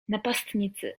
napastnicy